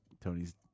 Tony's